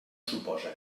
suposa